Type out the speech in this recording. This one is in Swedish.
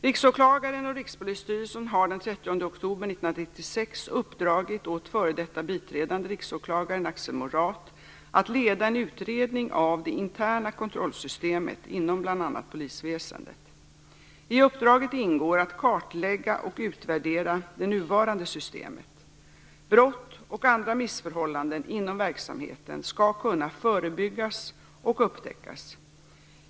Riksåklagaren och Rikspolisstyrelsen har den 30 oktober 1996 uppdragit åt f.d. biträdande riksåklagaren Axel Morath att leda en utredning av det interna kontrollsystemet inom bl.a. polisväsendet. I uppdraget ingår att kartlägga och utvärdera det nuvarande systemet. Brott och andra missförhållanden inom verksamheten skall kunna förebyggas och upptäckas.